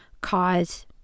cause